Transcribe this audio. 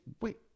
wait